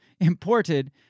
imported